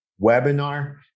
webinar